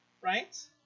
Right